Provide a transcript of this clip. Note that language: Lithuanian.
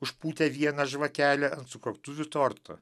užpūtę vieną žvakelę ant sukaktuvių torto